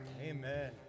Amen